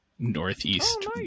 Northeast